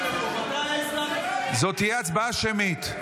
זו תהיה הצבעה שמית.